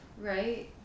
right